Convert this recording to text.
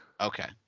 okay